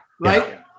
right